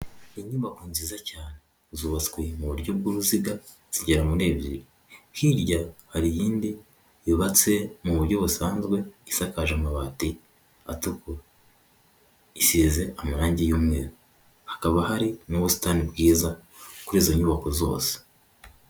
Inyubako nziza cyane zubatswe mu buryo bw'uruziga, zigera muri ebyiri hirya hari iyindi yubatse mu buryo busanzwe, isakaje amabati atukura, iteye amarangi y'umweru, hakaba hari n'ubusitani bwiza kuri izo nyubako zose.